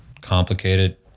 complicated